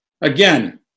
again